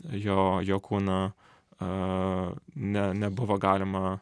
jo jo kūną a ne nebuvo galima